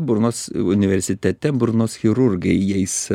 burnos universitete burnos chirurgai jais